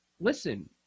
Listen